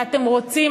שאתם רוצים.